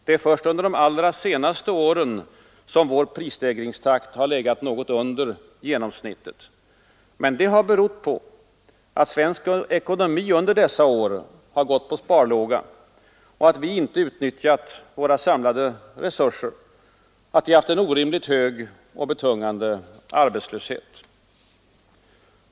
Det är först under de allra senaste åren som vår prisstegringstakt har legat något under genomsnittet. Men det har berott på att svensk ekonomi under dessa år har gått på sparlåga, att vi inte utnyttjat våra samlade resurser och att vi haft en orimligt hög och betungande arbetslöshet.